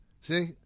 See